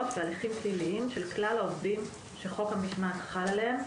והליכים פליליים של כלל העובדים שחוק המשמעת חל עליהם.